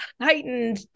heightened